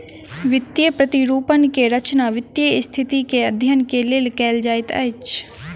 वित्तीय प्रतिरूपण के रचना वित्तीय स्थिति के अध्ययन के लेल कयल जाइत अछि